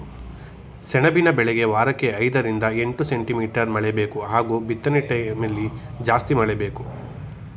ಸೆಣಬಿನ ಬೆಳೆಗೆ ವಾರಕ್ಕೆ ಐದರಿಂದ ಎಂಟು ಸೆಂಟಿಮೀಟರ್ ಮಳೆಬೇಕು ಹಾಗೂ ಬಿತ್ನೆಟೈಮ್ಲಿ ಜಾಸ್ತಿ ಮಳೆ ಬೇಕು